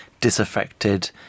disaffected